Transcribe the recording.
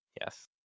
Yes